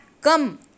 come